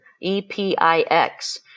E-P-I-X